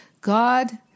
God